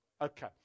Okay